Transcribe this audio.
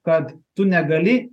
kad tu negali